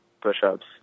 push-ups